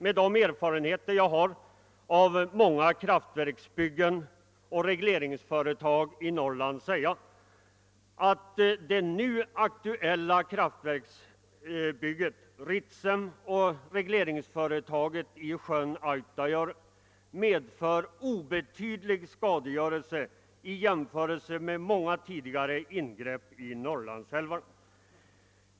Med de erfarenheter jag har av många kraftverksbyggen och regleringsföretag i Norrland vågar jag påstå att det nu aktuella kraftverksbygget vid Ritsem och regleringsföretaget i sjön Autajaure medför obetydlig skadegörelse i jämförelse med många tidigare ingrepp i Norrlandsälvar.